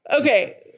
Okay